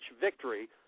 victory